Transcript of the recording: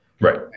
Right